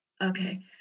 Okay